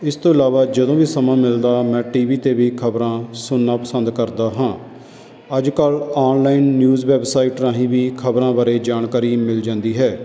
ਇਸ ਤੋਂ ਇਲਾਵਾ ਜਦੋਂ ਵੀ ਸਮਾਂ ਮਿਲਦਾ ਮੈਂ ਟੀ ਵੀ 'ਤੇ ਵੀ ਖਬਰਾਂ ਸੁਣਨਾ ਪਸੰਦ ਕਰਦਾ ਹਾਂ ਅੱਜ ਕੱਲ੍ਹ ਆਨਲਾਈਨ ਨਿਊਜ਼ ਵੈੱਬਸਾਈਟ ਰਾਹੀਂ ਵੀ ਖਬਰਾਂ ਬਾਰੇ ਜਾਣਕਾਰੀ ਮਿਲ ਜਾਂਦੀ ਹੈ